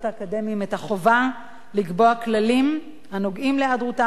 החובה לקבוע כללים הנוגעים להיעדרותם של סטודנטיות